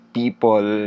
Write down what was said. people